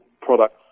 products